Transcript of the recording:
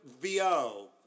VO